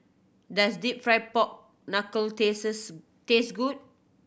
does Deep Fried Pork Knuckle taste good